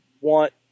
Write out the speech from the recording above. want